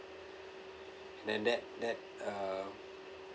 then that that uh